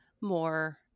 more